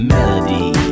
Melody